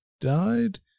died